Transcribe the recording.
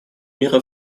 мира